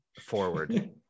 forward